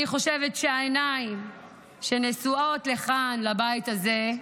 אני חושבת שהעיניים שנשואות לכאן, לבית הזה,